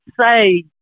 say